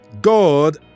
God